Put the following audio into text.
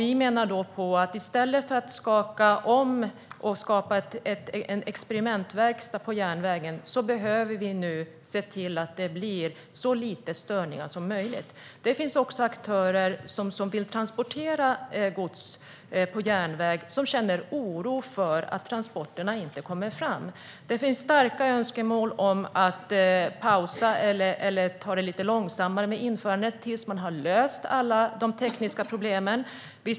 I stället för att skapa en experimentverkstad när det gäller järnvägen behöver vi nu se till att det blir så lite störningar som möjligt. Det finns också aktörer som vill transportera gods på järnväg och som känner oro för att transporterna inte kommer fram. Det finns starka önskemål om att pausa eller ta det lite långsammare med införande tills att man har löst alla tekniska problem.